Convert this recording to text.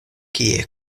kie